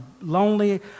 lonely